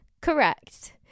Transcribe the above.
Correct